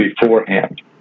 beforehand